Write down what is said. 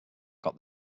got